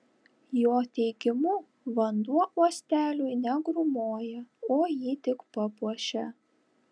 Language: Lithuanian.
jo teigimu vanduo uosteliui negrūmoja o jį tik papuošia